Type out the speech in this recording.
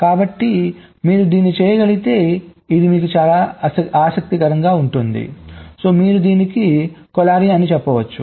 కాబట్టి మీరు దీన్ని చేయగలిగితే ఇది మీకు చాలా ఆసక్తికరంగా ఉంటుంది మీరు దీనికి సహసంబంధం చెప్పవచ్చు